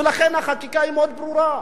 ולכן, החקיקה היא מאוד ברורה.